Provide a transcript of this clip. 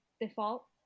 default